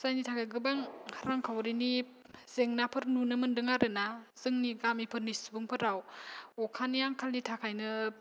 जायनि थाखाय गोबां रांखावरिनि जेंनाफोर नुनो मोनदों आरो ना जोंनि गामिफोरनि सुबुंफोराव अखानि आंखालनि थाखायनो